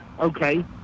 okay